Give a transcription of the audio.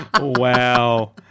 Wow